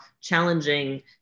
challenging